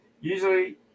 usually